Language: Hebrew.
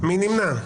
מי נמנע?